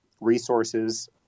resources